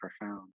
profound